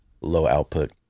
low-output